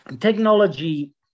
Technology